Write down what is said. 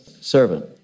servant